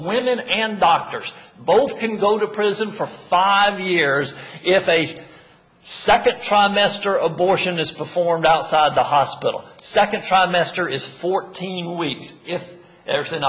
women and doctors both can go to prison for five years if a second trimester abortion is performed outside the hospital second trimester is fourteen weeks if there's an